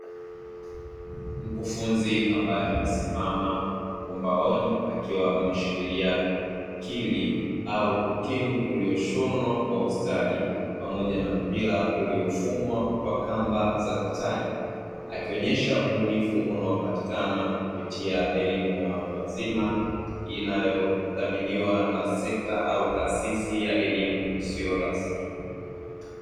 Mkufunzi ambaye amesimama ubaoni, akiwa ameshikilia ukili au ukindu; ulioshonwa kwa ustadi pamoja na mpira uliofumwa kwa kamba za katani, akionyesha ubunifu unaopatikana kupitia elimu ya watu wazima; inayodhaminiwa na sekta au taasisi ya elimu isiyo rasmi.